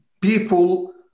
people